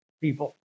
people